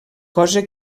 cosa